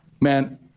Man